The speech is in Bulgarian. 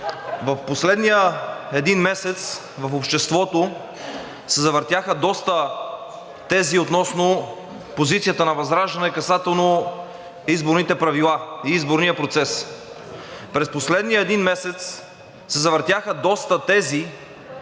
В последния един месец в обществото се завъртяха доста тези относно позицията на ВЪЗРАЖДАНЕ, касателно изборните правила и изборния процес. През последния един месец се завъртяха доста тези